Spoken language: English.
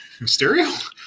Mysterio